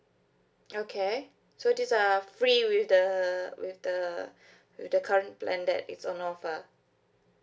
okay so these are free with the with the with the current plan that is on offer